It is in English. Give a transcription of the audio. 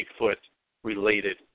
Bigfoot-related